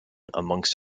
amongst